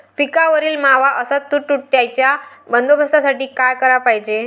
पिकावरील मावा अस तुडतुड्याइच्या बंदोबस्तासाठी का कराच पायजे?